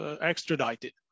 extradited